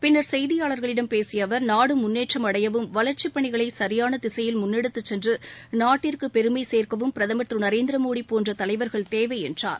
பின்னர் செய்தியாளர்களிடம் பேசிய அவர் நாடு முன்னேற்றம் அடையவும் வளர்ச்சிப் பணிகளை சரியாள திசையில் முன்னெடுத்துச் சென்று நாட்டிற்கு பெருமை சேர்க்கவும் பிரதமர் திரு நரேந்திர மோடி போன்ற தலைவர்கள் தேவை என்றார்